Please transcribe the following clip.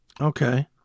Okay